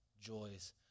joys